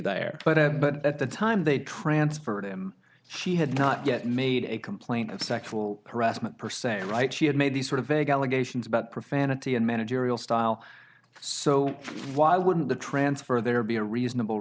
there but at the time they transferred him she had not yet made a complaint of sexual harassment percent right she had made these sort of vague allegations about profanity and managerial style so why wouldn't the transfer there be a reasonable